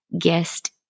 guest